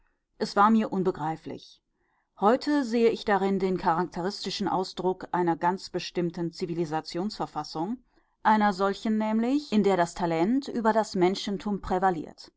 es war mir unbegreiflich heute sehe ich darin den charakteristischen ausdruck einer ganz bestimmten zivilisationsverfassung einer solchen nämlich in der das talent über das menschentum